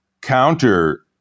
counter